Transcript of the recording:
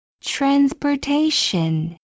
transportation